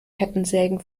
kettensägen